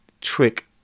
trick